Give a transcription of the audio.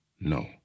no